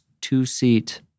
two-seat